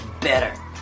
better